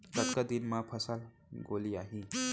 कतका दिन म फसल गोलियाही?